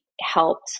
helped